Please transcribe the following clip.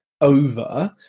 over